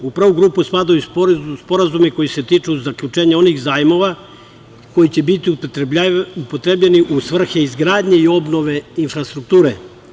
U prvu grupu spadaju sporazumi koji se tiču zaključenja onih zajmova koji će biti upotrebljeni u svrhu izgradnje i obnove infrastrukture.